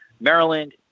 Maryland